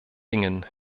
dingen